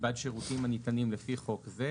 בעד שירותים הניתנים לפי חוק זה,